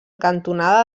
cantonada